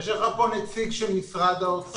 יש לך כאן נציג של משרד האוצר.